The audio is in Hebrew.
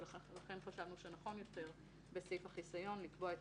ולכן חשבנו שנכון יותר בסעיף החיסיון לקבוע את